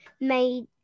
made